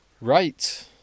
Right